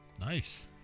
Nice